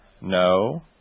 No